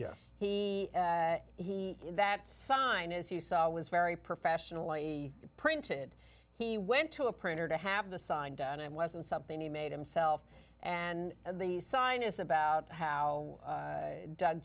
yes he he that sign as you saw was very professionally printed he went to a printer to have the signed on and wasn't something he made himself and the sign is about how doug